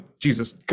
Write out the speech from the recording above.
Jesus